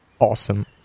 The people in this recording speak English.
awesome